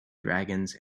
dragons